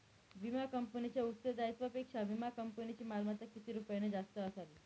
विमा कंपनीच्या उत्तरदायित्वापेक्षा विमा कंपनीची मालमत्ता किती रुपयांनी जास्त असावी?